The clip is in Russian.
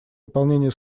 выполнению